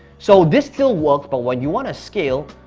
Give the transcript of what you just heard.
so this still works. but when you wanna scale,